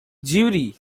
judy